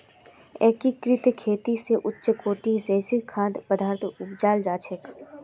एकीकृत खेती स उच्च कोटिर जैविक खाद्य पद्दार्थ उगाल जा छेक